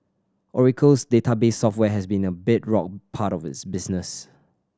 oracle's database software has long been a bedrock part of its business